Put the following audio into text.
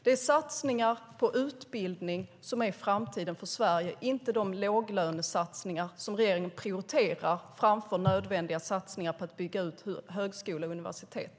Det är satsningar på utbildning som är framtiden för Sverige - inte de låglönesatsningar som regeringen prioriterar framför nödvändiga satsningar på att bygga ut högskolor och universitet.